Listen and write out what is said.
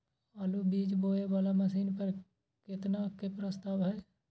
आलु बीज बोये वाला मशीन पर केतना के प्रस्ताव हय?